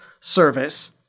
service